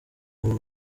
ubu